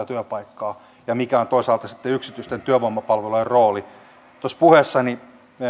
työpaikkaa ja siihen mikä on toisaalta sitten yksityisten työvoimapalvelujen rooli tuossa puheessani